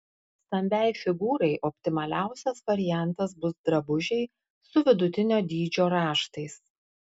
stambiai figūrai optimaliausias variantas bus drabužiai su vidutinio dydžio raštais